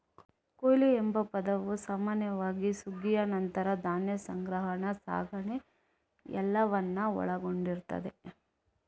ಕೊಯ್ಲು ಎಂಬ ಪದವು ಸಾಮಾನ್ಯವಾಗಿ ಸುಗ್ಗಿಯ ನಂತರ ಧಾನ್ಯ ಸಂಗ್ರಹ, ಸಾಗಣೆ ಎಲ್ಲವನ್ನ ಒಳಗೊಂಡಿರ್ತದೆ